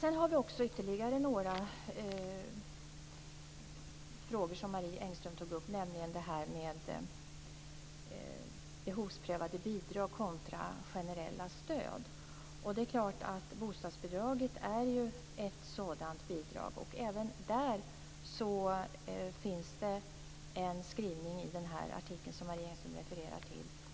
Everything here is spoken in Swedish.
Marie Engström tog upp ytterligare några frågor, t.ex. frågan om behovsprövade bidrag kontra generella stöd. Det är klart att bostadsbidraget är ett sådant bidrag. Även på det området finns det en skrivning i den artikel som Marie Engström refererar till.